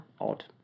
Odd